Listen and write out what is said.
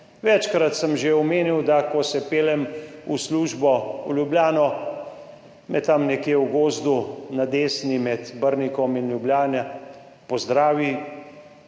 Večkrat sem že omenil, da ko se peljem v službo v Ljubljano, me tam nekje v gozdu na desni med Brnikom in Ljubljano pozdravi